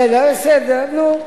בסדר, בסדר, נו,